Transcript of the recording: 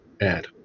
add